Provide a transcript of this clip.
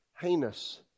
heinous